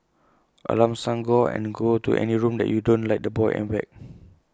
alarm sound go and go to any room that you don't like the boy and whacked